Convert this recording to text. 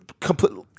completely